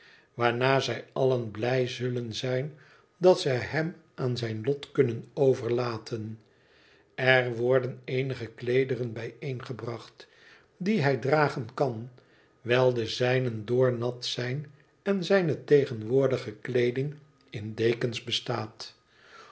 waarna zij allen buj zullen zijn dat zij hem aan zijn lot kunnen overlaten er worden eenige kleederen bijeengebracht die hij dragen kan wijl de zijnen doornat zijn en zijne tegenwoordige kleeding in dekens bestaat